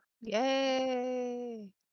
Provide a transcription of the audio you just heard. Yay